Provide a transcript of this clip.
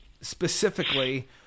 specifically